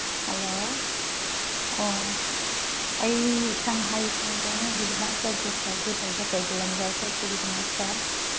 hello ꯑꯣ ꯑꯩ ꯁꯉꯥꯏ ꯀꯩꯅꯣꯒꯤꯗꯃꯛꯇ ꯕꯨꯛ ꯇꯧꯒꯦ ꯇꯧꯕ ꯀꯩꯕꯨꯜ ꯂꯝꯖꯥꯎ ꯆꯠꯄꯒꯤꯗꯃꯛꯇ